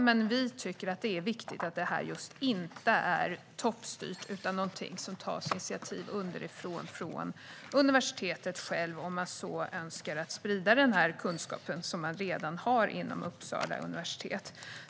Vi tycker dock att det är viktigt att det inte är toppstyrt utan någonting som universitetet självt tar initiativ till om man önskar sprida den kunskap man redan har inom Uppsala universitet.